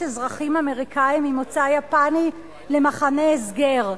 אזרחים אמריקנים ממוצא יפני למחנה הסגר.